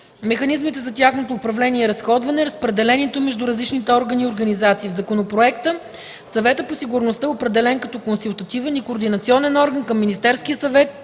механизмите за тяхното управление и разходване, разпределението им между различните органи и организации. В законопроекта Съветът по сигурността е определен като консултативен и координационен орган към Министерския съвет